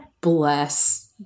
bless